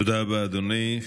תודה רבה, אדוני.